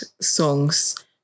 songs